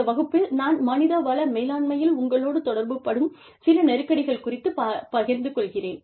இந்த வகுப்பில் நான் மனித வள மேலாண்மையில் உங்களோடு தொடர்புபடும் சில நெருக்கடிகள் குறித்துப் பகிர்ந்து கொள்கிறேன்